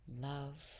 love